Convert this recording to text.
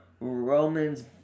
Roman's